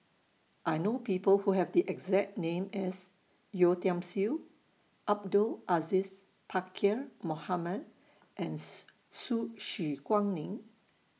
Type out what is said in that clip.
I know People Who Have The exact name as Yeo Tiam Siew Abdul Aziz Pakkeer Mohamed and Su Su She Guaning